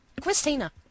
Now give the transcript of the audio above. Christina